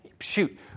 shoot